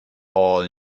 all